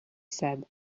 said